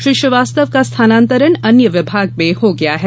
श्री श्रीवास्तव का स्थानांतरण अन्य विभाग में हो गया है